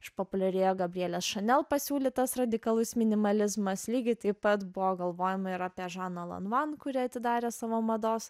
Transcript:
išpopuliarėjo gabrielės šanel pasiūlytas radikalus minimalizmas lygiai taip pat buvo galvojama ir apie žaną lanvan kuri atidarė savo mados